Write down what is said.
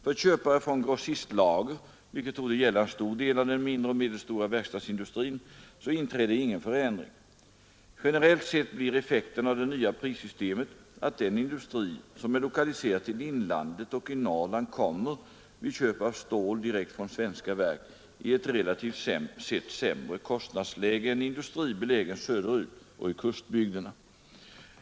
För köpare från grossistlager — vilket torde gälla en stor del av den mindre och medelstora verkstadsindustrin — inträder ingen förändring. Generellt sett blir effekten av det nya prissystemet att den industri som är lokaliserad till inlandet och i Norrland kommer — vid köp av stål direkt från svenska verk — i ett relativt sett sämre kostnadsläge än industri belägen söderut och i kustbygderna.